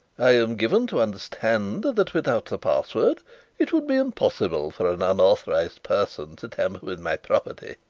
i am given to understand that without the password it would be impossible for an unauthorized person to tamper with my property.